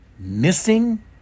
Missing